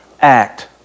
act